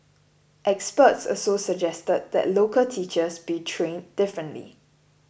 experts also suggested that local teachers be trained differently